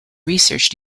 research